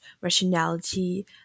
rationality